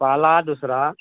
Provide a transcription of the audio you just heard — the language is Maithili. पहला दुसरा